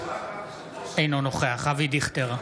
אינו נוכח אבי דיכטר,